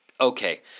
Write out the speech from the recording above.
okay